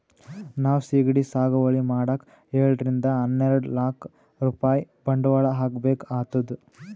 ನಾವ್ ಸಿಗಡಿ ಸಾಗುವಳಿ ಮಾಡಕ್ಕ್ ಏಳರಿಂದ ಹನ್ನೆರಡ್ ಲಾಕ್ ರೂಪಾಯ್ ಬಂಡವಾಳ್ ಹಾಕ್ಬೇಕ್ ಆತದ್